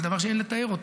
זה דבר שאין לתאר.